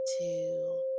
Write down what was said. two